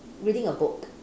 reading a book